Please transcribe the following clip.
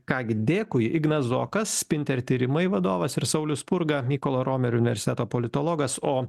ką gi dėkui ignas zokas spinter tyrimai vadovas ir saulius spurga mykolo romerio universiteto politologas o